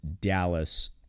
Dallas